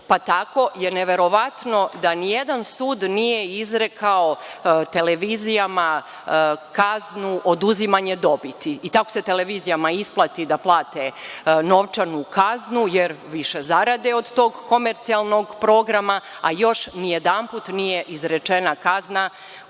pa tako je neverovatno da nijedan sud nije izrekao televizijama kaznu oduzimanje dobiti. I tako se televizijama isplati da plate novčanu kaznu jer više zarade od tog komercijalnog programa, a još nijedanput nije izrečena kazna koja